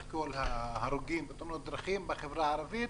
כול ההרוגים בתאונות דרכים בחברה הערבית